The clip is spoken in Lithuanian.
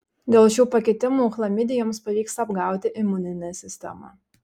dėl šių pakitimų chlamidijoms pavyksta apgauti imuninę sistemą